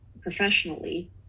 professionally